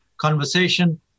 conversation